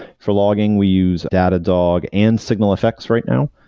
for logging we use datadog and signal effects right now.